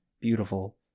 beautiful